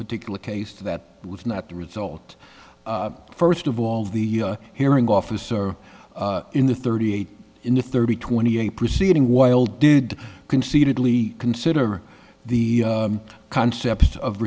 particular case that was not the result first of all the hearing officer in the thirty eight in the thirty twenty eight proceeding while did concededly consider the concept of